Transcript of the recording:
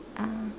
ah